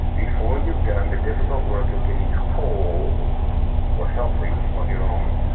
before you've done the difficult work of getting whole or healthy on your own,